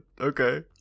Okay